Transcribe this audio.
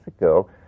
ago